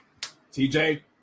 TJ